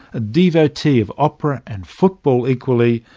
a devotee of opera and football equally,